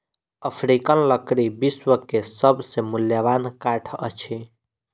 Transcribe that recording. African लकड़ी विश्व के सभ से मूल्यवान काठ अछि